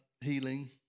healing